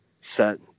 set